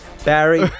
Barry